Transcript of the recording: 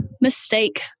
mistake